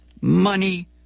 Money